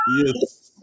Yes